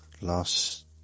Last